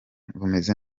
bumeze